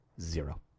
Zero